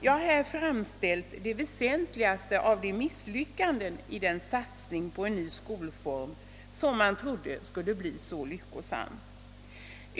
Jag har här pekat på några av de väsentligaste misslyckandena i den satsning på en ny skolform, som man trodde skulle bli så lyckosam.